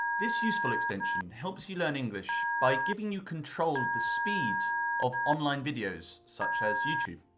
this useful extension helps you learn english by giving you control of the speed of online videos such as youtube.